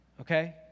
Okay